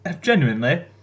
genuinely